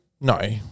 No